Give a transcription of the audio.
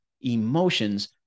emotions